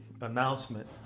announcement